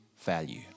value